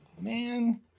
Man